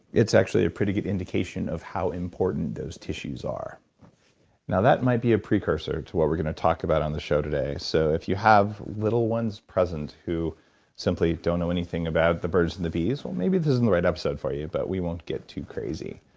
it's actually a pretty good indication of how important those tissues are that might be a precursor to what we're going to talk about on the show today so if you have little ones present who simply don't know anything about the birds and the bees, maybe this isn't the right episode for you, but we won't get too crazy.